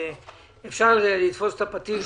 שאפשר לתפוס את הפטיש,